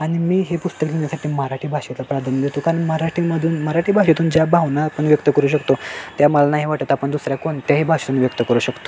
आणि मी हे पुस्तक लिहिण्यासाठी मराठी भाषेचा प्राधान्य देतो कारण मराठीमधून मराठी भाषेतून ज्या भावना आपण व्यक्त करू शकतो त्या मला नाही वाटत आपण दुसऱ्या कोणत्याही भाषेतून व्यक्त करू शकतो